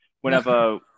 Whenever